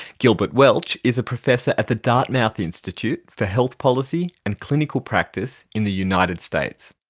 gilbert welch is a professor at the dartmouth institute for health policy and clinical practice in the united states.